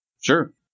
Sure